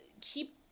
keep